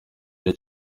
jye